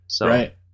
Right